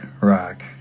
rock